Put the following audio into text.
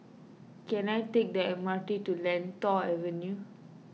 can I take the M R T to Lentor Avenue